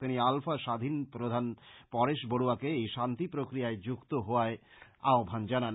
তিনি আলফা স্বাধীন প্রধান পরেশ বড়ুয়াকে এই শান্তি প্রক্রীয়ায় যুক্ত হওয়ার আহ্বান জানান